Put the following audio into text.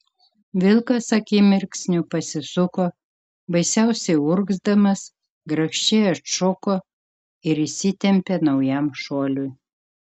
vilkas akimirksniu pasisuko baisiausiai urgzdamas grakščiai atšoko ir įsitempė naujam šuoliui